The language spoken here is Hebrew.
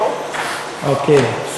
אוקיי.